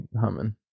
humming